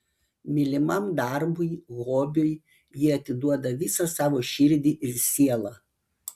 mylimam darbui hobiui jie atiduoda visą savo širdį ir sielą